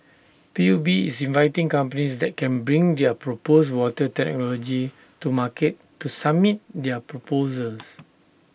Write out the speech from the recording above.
P U B is inviting companies that can bring their proposed water technology to market to submit their proposals